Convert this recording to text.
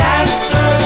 answer